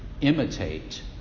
imitate